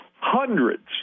hundreds